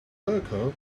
mirco